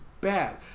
bad